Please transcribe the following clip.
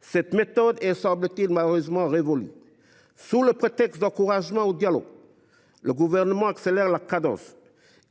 cette méthode semble révolue. Sous prétexte d’encouragement au dialogue, le Gouvernement accélère la cadence